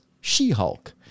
She-Hulk